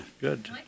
Good